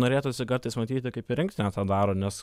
norėtųsi kartais matyti kaip ir rinktinė tą daro nes